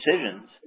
decisions